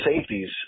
safeties